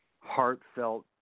heartfelt